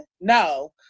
no